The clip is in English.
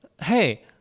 hey